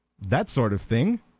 that sort of thing?